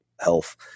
.health